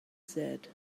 said